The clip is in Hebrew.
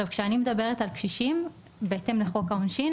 כשאני מדברת על קשישים בהתאם לחוק העונשין,